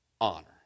honor